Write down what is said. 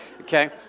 okay